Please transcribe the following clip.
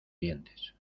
dientes